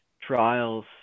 trials